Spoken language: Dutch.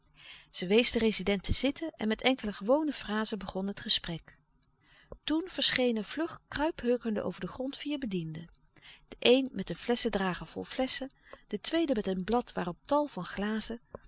zij wees den rezident te zitten en met enkele gewone frazen begon het gesprek toen verschenen vlug kruiphurkende over den grond vier bedienden de een met een flesschendrager vol flesschen de tweede met een blad waarop tal van glazen